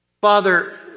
Father